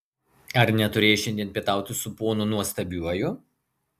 ar neturėjai šiandien pietauti su ponu nuostabiuoju